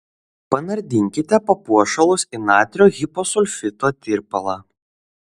panardinkite papuošalus į natrio hiposulfito tirpalą